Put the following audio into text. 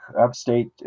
upstate